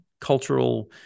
cultural